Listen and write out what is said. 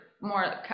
more